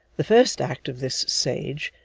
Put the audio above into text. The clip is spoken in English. the first act of this sage,